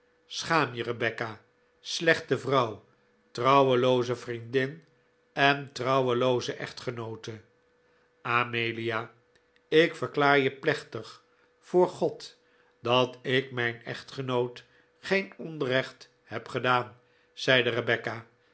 schaam je rebecca slechte vrouw trouwelooze vriendin en trouwelooze echtgenoote amelia ik verklaar je plechtig voor god dat ik mijn echtgenoot geen onrecht heb gedaan zeide